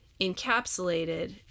encapsulated